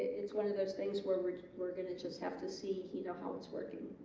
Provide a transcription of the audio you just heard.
it's one of those things where we're we're gonna just have to see you know how it's working